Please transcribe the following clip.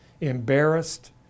embarrassed